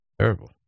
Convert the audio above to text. Terrible